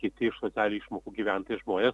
kiti iš socialinių išmokų gyventojai žmonės